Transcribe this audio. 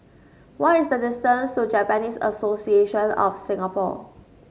what is the distance to Japanese Association of Singapore